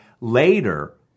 Later